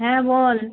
হ্যাঁ বল